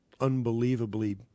unbelievably